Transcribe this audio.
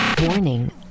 Warning